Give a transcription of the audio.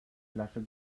flasche